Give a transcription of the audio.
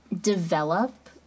develop